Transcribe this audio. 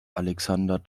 alexander